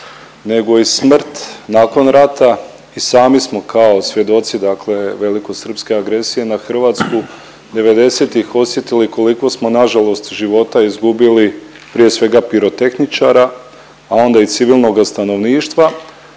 nego i smrt nakon rata. I sami smo kao svjedoci dakle velikosrpske agresije na Hrvatsku '90.-tih osjetili koliko smo nažalost života izgubili, prije svega pirotehničara, a onda i civilnoga stanovništva